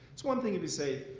it's one thing if you say,